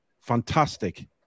fantastic